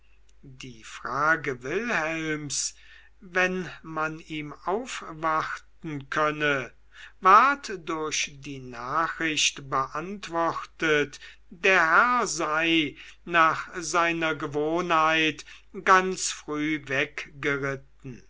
die frage wilhelms wenn man ihm aufwarten könne ward durch die nachricht beantwortet der herr sei nach seiner gewohnheit ganz früh